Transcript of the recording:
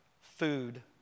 food